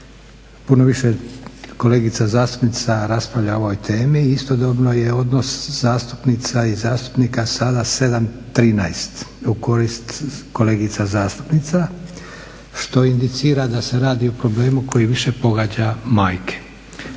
Puno više kolegica zastupnica raspravlja o ovoj temi, istodobno je odnos zastupnica i zastupnika sada 7-13 u korist kolegica zastupnica što inicira da se radi o problemu koji više pogađa majke.